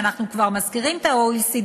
אם אנחנו כבר מזכירים את ה-OECD,